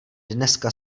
dneska